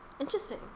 interesting